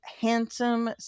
handsome